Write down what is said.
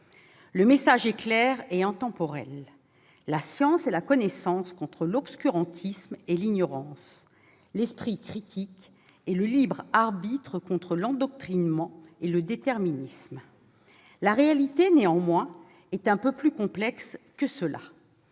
le message est clair et intemporel : la science et la connaissance contre l'obscurantisme et l'ignorance ; l'esprit critique et le libre arbitre contre l'endoctrinement et le déterminisme. La réalité, néanmoins, est un peu plus complexe que cela,